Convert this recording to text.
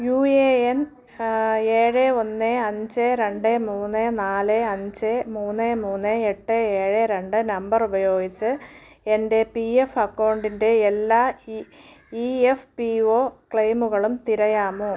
U A N ഏഴ് ഒന്ന് അഞ്ച് രണ്ട് മൂന്ന് നാല് അഞ്ച് മൂന്ന് മൂന്ന് എട്ട് ഏഴ് രണ്ട് നമ്പർ ഉപയോഗിച്ച് എൻ്റെ പി എഫ് അക്കൗണ്ടിന്റെ എല്ലാ ഇ എഫ് പി ഒ ക്ലെയിമുകളും തിരയാമോ